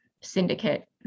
syndicate